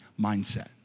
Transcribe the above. mindset